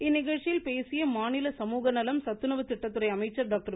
இந்நிகழ்ச்சியில் பேசிய மாநில சமூக நலம் சத்துணவு திட்டத்துறை அமைச்சர் டாக்டர்